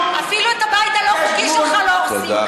אפילו את הבית הלא-חוקי שלך לא הורסים כאן,